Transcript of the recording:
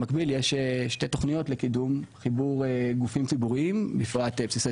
במקביל יש שתי תוכניות לקידום חיבור גופים ציבוריים בפרט בסיסי